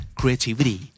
creativity